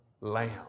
Lamb